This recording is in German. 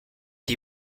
die